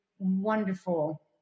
wonderful